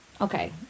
okay